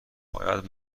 باید